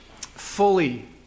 fully